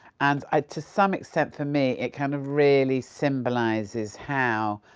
and i to some extent, for me, it kind of, really symbolises how,